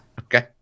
Okay